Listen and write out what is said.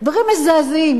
דברים מזעזעים.